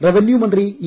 റവന്യുമന്ത്രി E